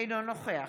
אינו נוכח